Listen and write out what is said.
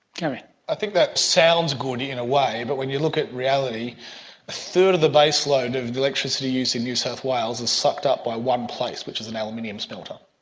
i think that sounds good and in a way, but when you look at reality, a third of the baseload of electricity used in new south wales is sucked up by one place, which is an aluminium smelter.